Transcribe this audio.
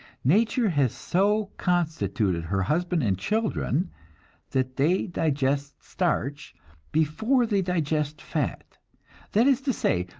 nature has so constituted her husband and children that they digest starch before they digest fat that is to say,